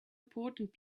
important